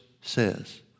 says